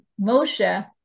Moshe